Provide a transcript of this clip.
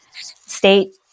state